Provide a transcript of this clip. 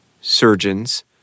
surgeons